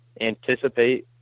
anticipate